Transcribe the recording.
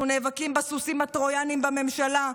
אנחנו נאבקים בסוסים הטרויאנים בממשלה,